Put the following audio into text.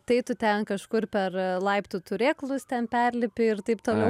tai tu ten kažkur per laiptų turėklus ten perlipi ir taip toliau